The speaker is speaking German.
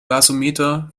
gasometer